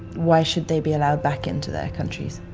why should they be allowed back into their countries?